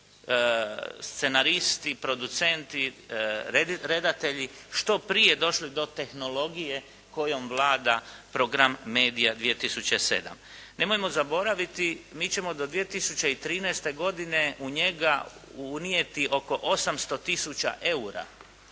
scenaristi, producenti, redatelji što prije došli do tehnologije kojom vlada program "MEDIA 2007" Nemojmo zaboraviti mi ćemo do 2013. godine u njega unijeti oko 800 tisuća eura.